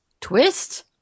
Twist